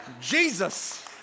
Jesus